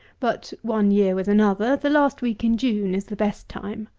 but one year with another, the last week in june is the best time.